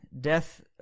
Death